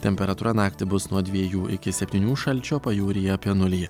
temperatūra naktį bus nuo dviejų iki septynių šalčio pajūryje apie nulį